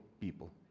people